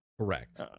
Correct